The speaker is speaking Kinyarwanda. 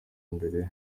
imbere